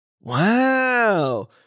Wow